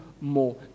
more